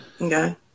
Okay